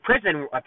prison